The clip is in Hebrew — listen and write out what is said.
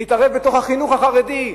להתערב בתוך החינוך החרדי.